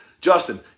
Justin